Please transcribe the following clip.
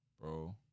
bro